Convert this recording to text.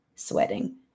sweating